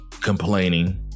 complaining